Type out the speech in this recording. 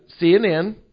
CNN